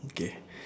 okay